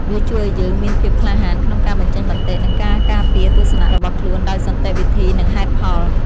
វាជួយឱ្យយើងមានភាពក្លាហានក្នុងការបញ្ចេញមតិ និងការការពារទស្សនៈរបស់ខ្លួនដោយសន្តិវិធី និងហេតុផល។